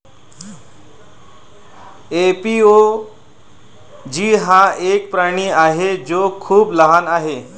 एपिओलोजी हा एक प्राणी आहे जो खूप लहान आहे